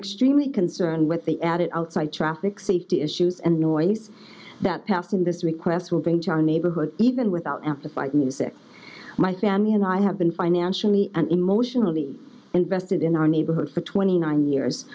extremely concerned with the added outside traffic safety issues and noise that passed in this request moving john neighborhood even without amplified music my family and i have been financially and emotionally invested in our neighborhood for twenty nine years